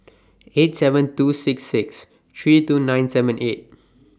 eight seven two six six three two nine seven eight